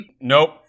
Nope